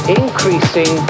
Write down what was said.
increasing